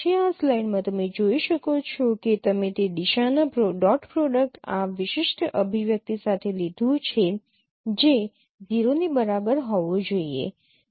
પછી આ સ્લાઈડમાં તમે જોઈ શકો છો કે તમે તે દિશાના ડોટ પ્રોડક્ટ આ વિશિષ્ટ અભિવ્યક્તિ સાથે લીધું છે જે 0 ની બરાબર હોવું જોઈએ